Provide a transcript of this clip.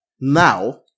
now